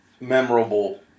memorable